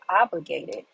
obligated